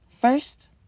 First